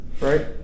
right